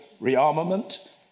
rearmament